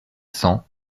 cents